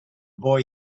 boy